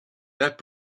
that